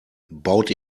baut